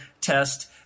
test